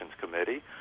Committee